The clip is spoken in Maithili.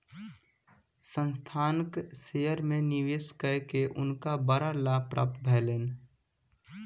संस्थानक शेयर में निवेश कय के हुनका बड़ लाभ प्राप्त भेलैन